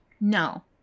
No